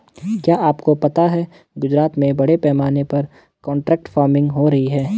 क्या आपको पता है गुजरात में बड़े पैमाने पर कॉन्ट्रैक्ट फार्मिंग हो रही है?